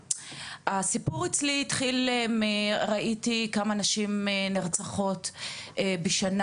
הסיפור אצלי התחיל כאשר ראיתי כמה נשים נרצחות בשנה.